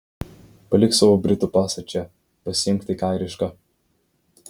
palik savo britų pasą čia pasiimk tik airišką